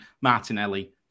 martinelli